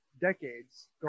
decades